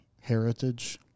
heritage